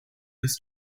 this